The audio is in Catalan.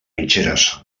mitgeres